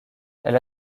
elle